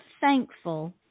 thankful